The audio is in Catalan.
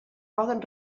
poden